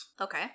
Okay